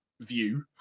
view